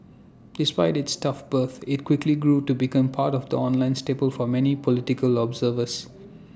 despite its tough birth IT quickly grew to become part of the online staple for many political observers